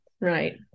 right